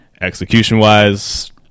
execution-wise –